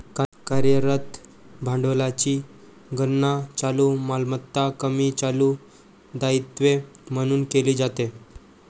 कार्यरत भांडवलाची गणना चालू मालमत्ता कमी चालू दायित्वे म्हणून केली जाते